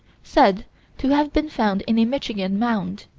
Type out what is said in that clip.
said to have been found in a michigan mound.